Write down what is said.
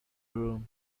room